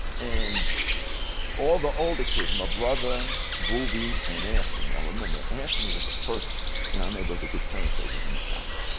and all the older kids, my brother, bru b, and anthony, i remember anthony was the first in our neighborhood to get turn tables in his house,